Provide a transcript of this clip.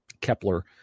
Kepler